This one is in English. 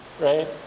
Right